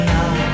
now